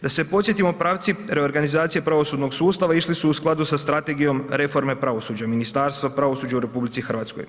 Da se podsjetimo pravci reorganizacije pravosudnog sustava išli su u skladu sa Strategijom reforme pravosuđa, Ministarstvo pravosuđa u RH.